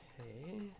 Okay